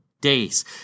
days